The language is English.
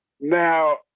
Now